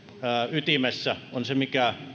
ytimessä on se mikä